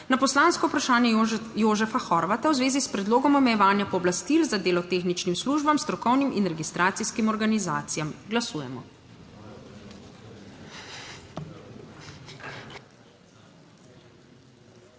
na poslansko vprašanje Jožefa Horvata v zvezi s predlogom omejevanja pooblastil za delo tehničnim službam, strokovnim in registracijskim organizacijam. Glasujemo.